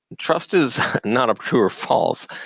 trust is not a true or false,